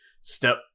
step